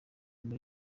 muri